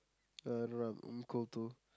uh no lah I'm cold too